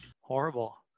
Horrible